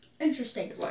Interesting